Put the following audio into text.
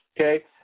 Okay